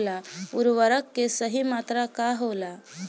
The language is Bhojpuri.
उर्वरक के सही मात्रा का होला?